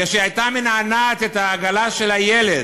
כשהייתה מנענעת את העגלה של הילד,